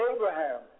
Abraham